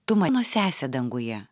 tu mano sesę danguje